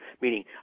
meaning